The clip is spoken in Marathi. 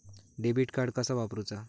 डेबिट कार्ड कसा वापरुचा?